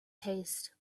taste